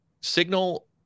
Signal